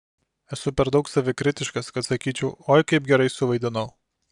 esu per daug savikritiškas kad sakyčiau oi kaip gerai suvaidinau